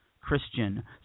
Christian